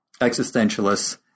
existentialists